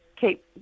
keep